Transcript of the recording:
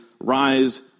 rise